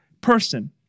person